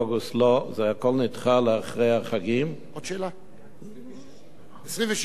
לא, הכול נדחה אחרי החגים, 26. 26 באוגוסט.